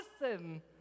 listen